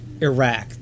Iraq